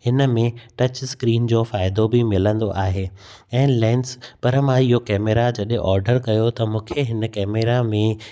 हिन में touch screen जो फ़ाइदो बि मिलंदो आहे ऐं लैंस पर मां इहो कैमरा जॾहिं ऑडर कयो त मूंखे हिन कैमरा में